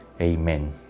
Amen